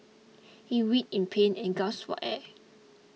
he writhed in pain and gasped for air